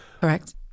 Correct